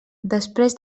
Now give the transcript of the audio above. després